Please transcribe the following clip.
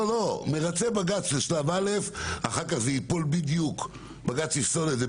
מרצה בג"ץ זה שלב א' ואחר כך בג"ץ יפסול את זה,